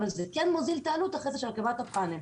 אבל זה כן מוזיל את העלות אחרי זה של הרכבת הפאנל.